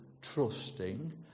trusting